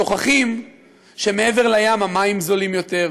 שוכחים שמעבר לים המים זולים יותר,